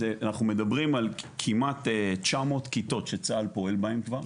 ואנחנו מדברים על כמעט 900 כיתות שצה"ל פועל בהן כבר.